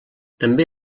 també